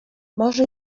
może